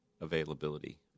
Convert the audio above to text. availability